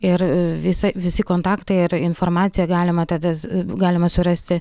ir visa visi kontaktai ir informaciją galima tada galima surasti